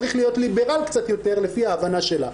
צריך להיות ליברל קצת יותר לפי ההבנה שלה.